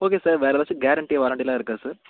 okay sir வேற ஏதாச்சும் guarantee வாரண்ட்டிலாம் இருக்கா சார்